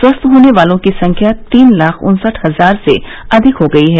स्वस्थ होने वाले लोगों की संख्या तीन लाख उन्सठ हजार से अधिक हो गई है